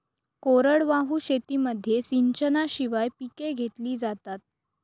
कोरडवाहू शेतीमध्ये सिंचनाशिवाय पिके घेतली जातात